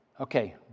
Okay